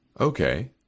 Okay